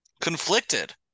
Conflicted